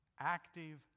active